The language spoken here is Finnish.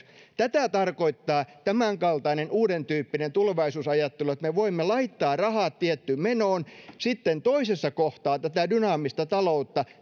tätä tarkoittaa tämänkaltainen uudentyyppinen tulevaisuusajattelu että me voimme laittaa rahat tiettyyn menoon sitten toisessa kohtaa tätä dynaamista taloutta